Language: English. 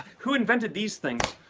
who invented these things?